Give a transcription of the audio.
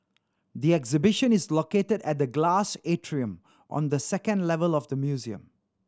the exhibition is located at the glass atrium on the second level of the museum